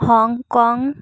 Hong Kong